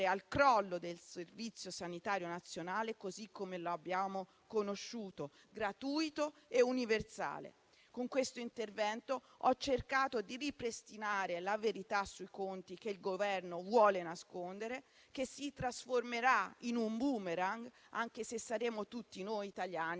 al crollo del Servizio sanitario nazionale, così come lo abbiamo conosciuto: gratuito e universale. Con questo intervento ho cercato di ripristinare la verità sui conti che il Governo vuole nascondere, che si trasformerà in un *boomerang*, anche se saremo tutti noi italiani